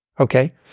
Okay